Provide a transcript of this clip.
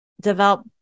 develop